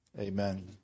Amen